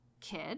kid